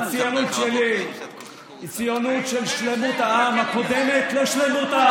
הציונות שלי היא ציונות של שלמות העם הקודמת לשלמות הארץ.